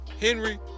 Henry